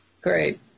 Great